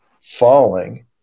falling